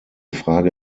frage